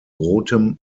rotem